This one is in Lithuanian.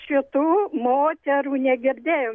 šitų moterų negirdėjau